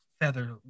feather